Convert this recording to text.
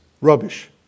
rubbish